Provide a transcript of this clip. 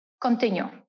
continue